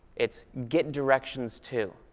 it's get directions to.